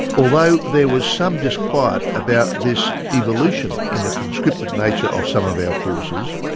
although there was some disquiet about this evolution in the conscripted nature of some of our forces,